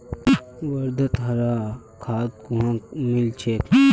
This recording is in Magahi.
वर्धात हरा खाद कुहाँ मिल छेक